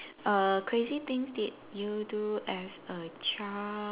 err crazy things did you do as a child